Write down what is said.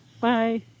Bye